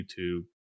YouTube